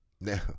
Now